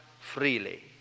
freely